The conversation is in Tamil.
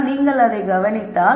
ஆனால் நீங்கள் அதை கவனித்தால் 1